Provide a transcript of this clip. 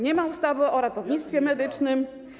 Nie ma ustawy o ratownictwie medycznym.